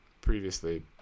Previously